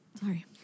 Sorry